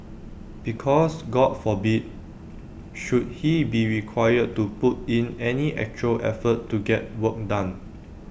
because God forbid should he be required to put in any actual effort to get work done